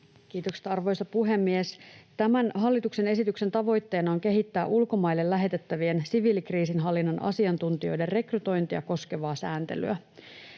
Kiitokset, arvoisa puhemies! Tämän hallituksen esityksen tavoitteena on kehittää ulkomaille lähetettävien siviilikriisinhallinnan asiantuntijoiden rekrytointia koskevaa sääntelyä.